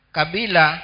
Kabila